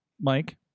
Mike